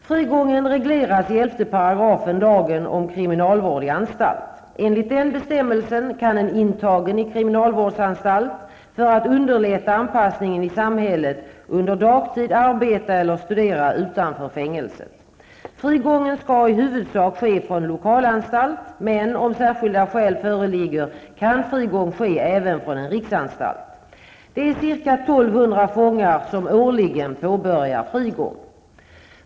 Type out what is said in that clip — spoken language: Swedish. Frigången regleras i 11 § lagen om kriminalvård i anstalt. Enligt den bestämmelsen kan en intagen i kriminalvårdsanstalt, för att underlätta anpassningen i samhället, under dagtid arbeta eller studera utanför fängelset. Frigången skall i huvudsak ske från lokalanstalt, men om särskilda skäl föreligger kan frigång ske även från en riksanstalt. Det är ca 1 200 fångar som årligen påbörjar frigång.